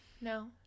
No